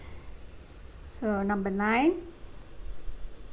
so number nine